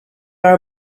are